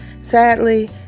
sadly